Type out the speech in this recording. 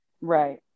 Right